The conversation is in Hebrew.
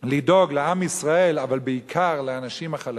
לדאוג לעם ישראל, אבל בעיקר לאנשים החלשים,